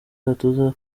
agatuza